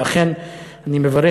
ואכן אני מברך,